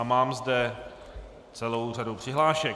Mám zde celou řadu přihlášek.